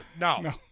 no